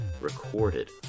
recorded